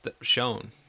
shown